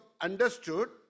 understood